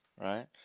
Right